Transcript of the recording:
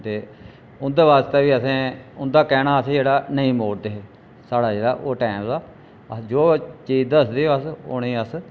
ते उं'दे आस्तै बी असें उं'दा कैह्ना अस जेह्ड़ा नेईं मोड़दे हे साढ़ा जेह्ड़ा ओह् टैम हा अस जो चीज दसदे हे अस उ'नें गी अस